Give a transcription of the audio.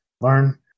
learn